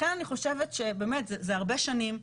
זה הרבה שנים.